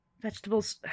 Vegetables